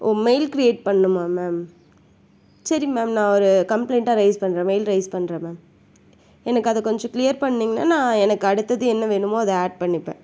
ஓ mail create பண்ணுமா ma'am சரி ma'am நான் ஒரு கம்ப்ளைண்ட்டாக ரைஸ் பண்ணுறேன் மெயில் ரைஸ் பண்ணுறேன் மேம் எனக்கு அதை கொஞ்சம் கிளீயர் பண்ணிங்கன்னா நான் எனக்கு அடுத்தது என்ன வேணுமோ அதை ஆட் பண்ணிப்பேன்